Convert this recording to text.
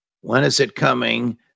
when-is-it-coming